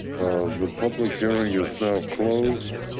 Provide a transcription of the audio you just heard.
the public hearing is now closed.